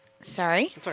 sorry